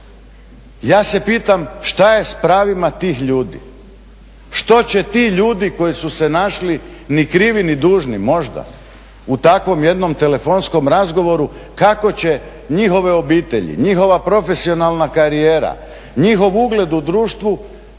Ja se pitam što je s pravima tih ljudi? Što će ti ljudi koji su se našli ni krivi ni dužni, možda, u takvom jednom telefonskom razgovoru kako će njihove obitelji, njihova profesionalna karijera, njihov ugled u društvu